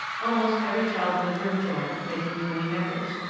almost every child in the room joined, making twenty members.